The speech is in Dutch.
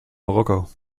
marokko